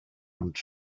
und